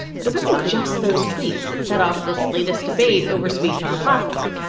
but it wasn't just those tweets that set off this latest debate over speech on the platform